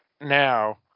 now